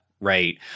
Right